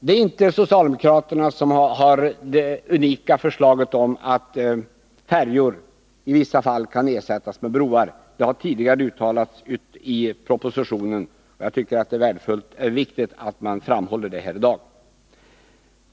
Det är inte socialdemokraterna som har framställt det unika förslaget att färjor i vissa fall skall ersättas med broar. Det har tidigare uttalats i propositionen, och jag tycker att det är viktigt att det framhålls här i dag.